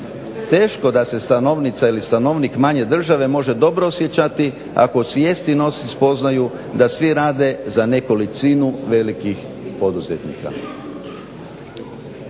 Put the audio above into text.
Teško da se stanovnica ili stanovnik male države može dobro osjećati ako u svijesti nosi spoznaju da svi rade za nekolicinu velikih poduzetnika.